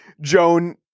joan